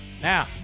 Now